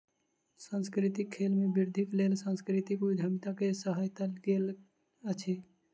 सांस्कृतिक खेल में वृद्धिक लेल सांस्कृतिक उद्यमिता के सहायता लेल गेल अछि